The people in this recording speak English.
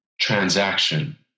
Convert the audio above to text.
transaction